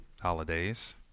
holidays